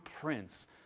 prince